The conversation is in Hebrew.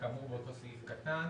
כאמור באותו סעיף קטן,